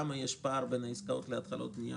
למה יש פער בין העסקאות להתחלות בנייה?